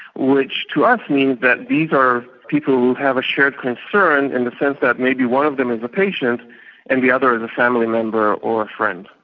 which to us means that these are people who have a shared concern in the sense that maybe one of them is a patient and the other is a family member or friend.